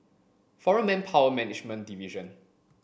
Foreign Manpower Management Division